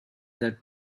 the